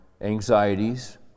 anxieties